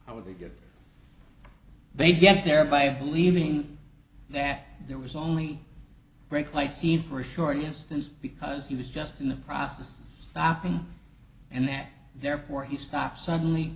i would be good they'd get there by believing that there was only brake light seen for a short distance because he was just in the process stopping and that therefore he stopped suddenly